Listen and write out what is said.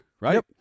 right